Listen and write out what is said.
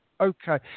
Okay